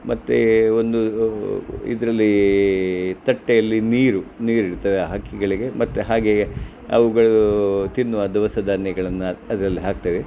ಮತ್ತು ಒಂದು ಇದರಲ್ಲಿ ತಟ್ಟೆಯಲ್ಲಿ ನೀರು ನೀರಿಡ್ತೇವೆ ಹಕ್ಕಿಗಳಿಗೆ ಮತ್ತೆ ಹಾಗೆ ಅವುಗಳು ತಿನ್ನುವ ದವಸ ಧಾನ್ಯಗಳನ್ನು ಅದೆಲ್ಲ ಹಾಕ್ತೇವೆ